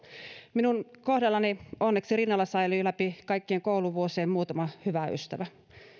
minun kohdallani onneksi rinnalla säilyi läpi kaikkien kouluvuosien muutama hyvä ystävä